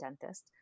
dentist